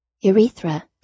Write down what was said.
Urethra